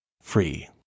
free